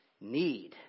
need